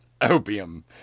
Opium